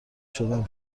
شدم